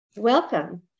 Welcome